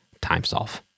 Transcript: TimeSolve